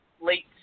late